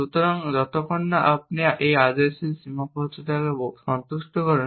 সুতরাং যতক্ষণ না আপনি এই আদেশের এই সীমাবদ্ধতাকে সন্তুষ্ট করেন